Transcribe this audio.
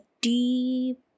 deep